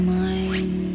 mind